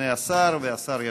והשר ישיב.